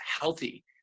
healthy